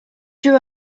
drew